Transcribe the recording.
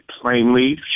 plainly